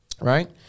right